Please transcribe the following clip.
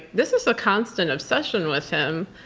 this is a constant obsession with him,